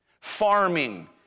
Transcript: Farming